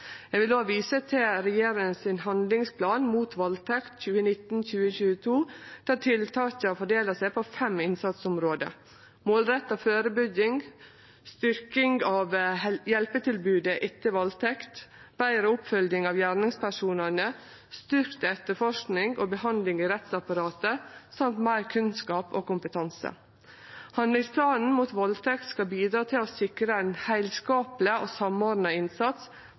Eg vil vise til regjeringa sin handlingsplan mot valdtekt for 2019–2022, der tiltaka er fordelte på fem innsatsområde: målretta førebygging styrking av hjelpetilbodet etter valdtekt betre oppfølging av gjerningspersonane styrkt etterforsking og behandling i rettsapparatet meir kunnskap og kompetanse Handlingsplanen mot valdtekt skal bidra til å sikre ein heilskapleg og samordna innsats